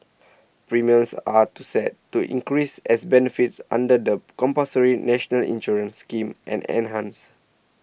premiums are to set to increase as benefits under the compulsory national insurance scheme and enhanced